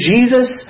Jesus